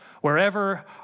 wherever